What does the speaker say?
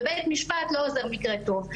בבית משפט לא עוזר מקר טוב,